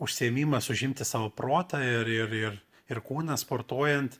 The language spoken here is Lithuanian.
užsiėmimas užimti savo protą ir ir ir ir kūną sportuojant